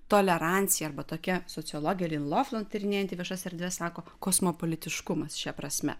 tolerancija arba tokia sociologė lyn loflant tyrinėjanti viešas erdves sako kosmopolitiškumas šia prasme